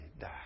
die